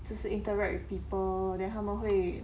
就是 interact with people then 他们会